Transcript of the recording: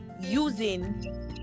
using